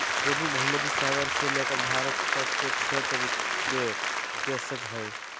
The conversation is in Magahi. पूर्वी भूमध्य सागर से लेकर भारत तक के क्षेत्र के देशज हइ